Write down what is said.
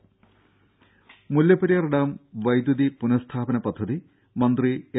ദേദ മുല്ലപ്പെരിയാർ ഡാം വൈദ്യുതി പുനസ്ഥാപന പദ്ധതി മന്ത്രി എം